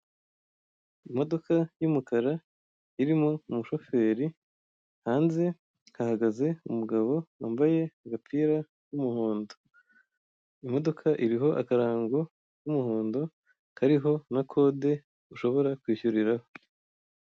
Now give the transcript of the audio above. Imodoka y'umukara irimo umushiberi hanze hahagaze umugabo wambaye agapira k'umuhondo, imodoka iriho akarango k'umuhondo hariho code ushobora kwishyuriraho.